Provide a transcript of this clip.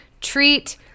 treat